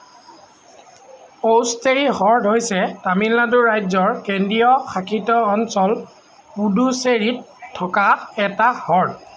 অ'ষ্টেৰী হ্ৰদ হৈছে তামিলনাডু ৰাজ্যৰ কেন্দ্ৰীয় শাসিত অঞ্চল পুডুচেৰীত থকা এটা হ্ৰদ